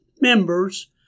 members